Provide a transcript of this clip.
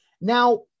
now